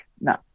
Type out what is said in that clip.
no